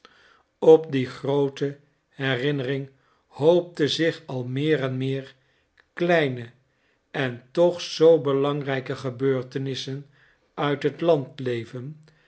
op die groote herinnering hoopte zich al meer en meer kleine en toch zoo belangrijke gebeurtenissen uit het landleven